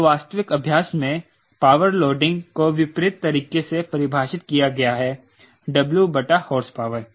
तो वास्तविक अभ्यास में पावर लोडिंग को विपरीत तरीके से परिभाषित किया गया है W बटा हॉर्सपावर